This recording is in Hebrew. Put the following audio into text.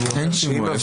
אין שימוע.